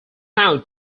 pound